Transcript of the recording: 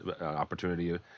opportunity